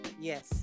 Yes